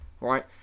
right